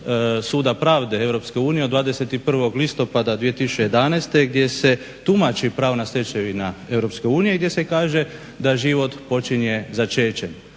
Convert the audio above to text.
Suda pravde EU od 21. listopada 2011. gdje se tumači pravna stečevina EU i gdje se kaže da život počinje začećem.